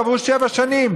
יעברו שבע שנים.